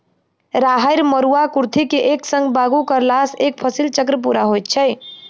राहैड़, मरूआ, कुर्थी के एक संग बागु करलासॅ एक फसिल चक्र पूरा होइत छै